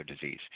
disease